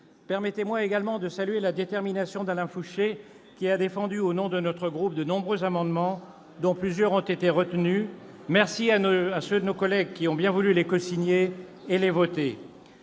Permettez-moi de saluer également la détermination d'Alain Fouché, qui a défendu au nom de mon groupe de nombreux amendements, dont plusieurs ont été retenus. Enfin, merci à ceux de nos collègues qui ont bien voulu les cosigner et les voter.